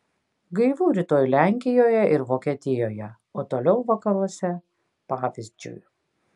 gaivu rytoj lenkijoje ir vokietijoje o toliau vakaruose pavyzdžiui